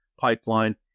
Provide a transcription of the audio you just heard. pipeline